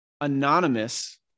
anonymous